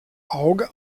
auge